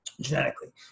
genetically